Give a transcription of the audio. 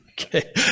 Okay